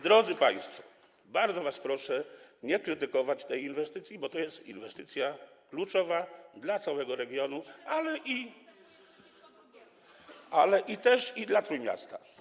Drodzy państwo, bardzo was proszę, by nie krytykować tej inwestycji, bo to jest inwestycja kluczowa dla całego regionu, ale i dla Trójmiasta.